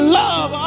love